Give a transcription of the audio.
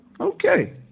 Okay